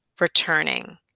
returning